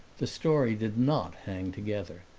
the story did not hang together,